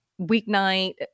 weeknight